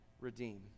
redeem